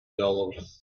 dollars